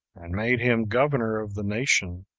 and made him governor of the nation,